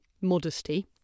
modesty